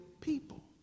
people